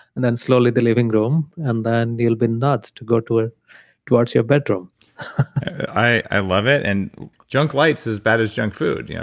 and then slowly the living room, and then you'll be nudged to go ah towards your bedroom i love it, and junk light is bad as junk food. you know